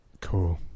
Cool